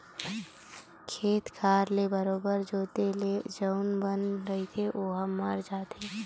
खेत खार ल बरोबर जोंते ले जउन बन रहिथे ओहा मर जाथे